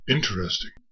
Interesting